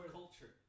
culture